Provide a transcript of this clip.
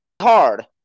hard